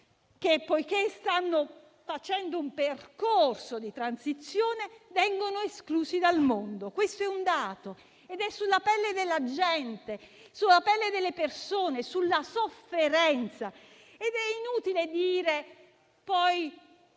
che stanno facendo un percorso di transizione e vengono esclusi dal mondo. Questo è un dato ed è sulla pelle della gente, sulla pelle delle persone, sulla loro sofferenza. È inutile, poi,